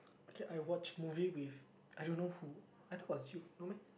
okay I watched movie with I don't know who I thought it was you no meh